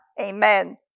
Amen